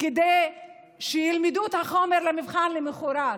כדי ללמוד את החומר למבחן שלמוחרת.